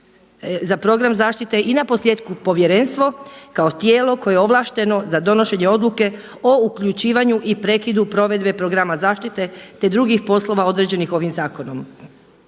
za program zaštite i naposljetku povjerenstvo kao tijelo koje je ovlašteno za donošenje odluke o uključivanju i prekidu provedbe programa zaštite te drugih poslova određenih ovim zakonom.